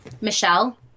Michelle